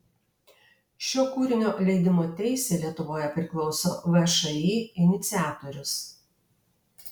šio kūrinio leidimo teisė lietuvoje priklauso všį iniciatorius